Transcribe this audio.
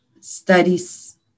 studies